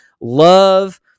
love